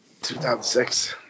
2006